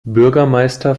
bürgermeister